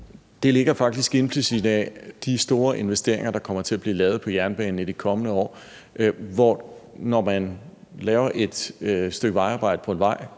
Det ligger faktisk implicit i de store investeringer, der kommer til at blive lavet på jernbanen i de kommende år, hvor det, når man laver et stykke vejarbejde på en vej,